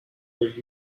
were